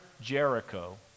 Jericho